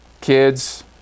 kids